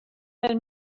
fel